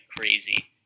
crazy